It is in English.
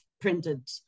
printed